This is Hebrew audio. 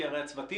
כי הרי הצוותים,